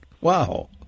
Wow